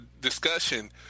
discussion